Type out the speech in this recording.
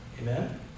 amen